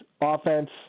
offense